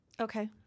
Okay